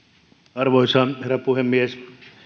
arvoisa herra puhemies